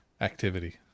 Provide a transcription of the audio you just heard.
activity